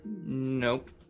Nope